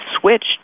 switched